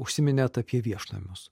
užsiminėt apie viešnamius